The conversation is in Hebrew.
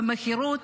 במהירות,